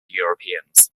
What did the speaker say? europeans